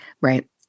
right